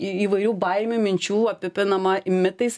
į įvairių baimių minčių apipinama mitais